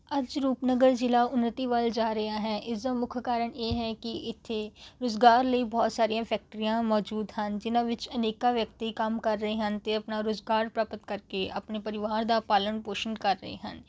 ਅੱਜ ਰੂਪਨਗਰ ਜ਼ਿਲ੍ਹਾ ਉੱਨਤੀ ਵੱਲ ਜਾ ਰਿਹਾ ਹੈ ਇਸ ਦਾ ਮੁੱਖ ਕਾਰਨ ਇਹ ਹੈ ਕਿ ਇੱਥੇ ਰੁਜ਼ਗਾਰ ਲਈ ਬਹੁਤ ਸਾਰੀਆਂ ਫੈਕਟਰੀਆਂ ਮੌਜੂਦ ਹਨ ਜਿਨ੍ਹਾਂ ਵਿੱਚ ਅਨੇਕਾਂ ਵਿਅਕਤੀ ਕੰਮ ਕਰ ਰਹੇ ਹਨ ਅਤੇ ਆਪਣਾ ਰੁਜ਼ਗਾਰ ਪ੍ਰਾਪਤ ਕਰਕੇ ਆਪਣੇ ਪਰਿਵਾਰ ਦਾ ਪਾਲਣ ਪੋਸ਼ਣ ਕਰ ਰਹੇ ਹਨ